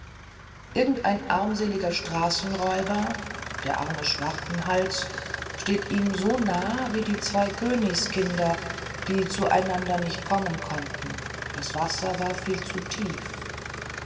irgendein armseliger straßenräuber der arme schwartenhals steht ihm so nahe wie die zwei königskinder die zueinander nicht kommen konnten das wasser war viel zu tief